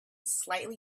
slightly